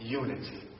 unity